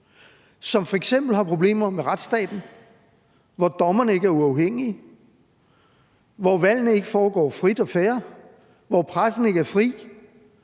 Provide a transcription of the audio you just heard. som f.eks. har problemer med retsstaten, hvor dommerne ikke er uafhængige, hvor valgene ikke foregår frit og fair, hvor pressen ikke er fri,